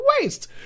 waste